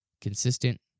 consistent